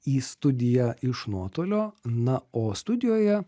į studiją iš nuotolio na o studijoje